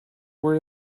where